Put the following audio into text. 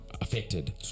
affected